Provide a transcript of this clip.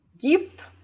gift